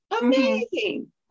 Amazing